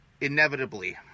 Inevitably